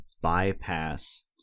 bypass